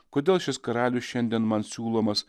kodėl šis karalius šiandien man siūlomas